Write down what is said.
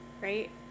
right